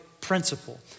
principle